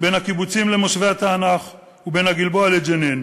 בין הקיבוצים למושבי התענך ובין הגלבוע לג'נין.